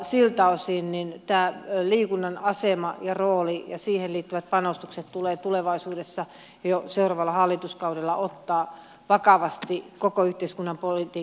siltä osin liikunnan asema ja rooli ja siihen liittyvät panostukset tulee tulevaisuudessa jo seuraavalla hallituskaudella ottaa vakavasti koko yhteiskunnan politiikan keskiöön